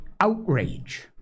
outrage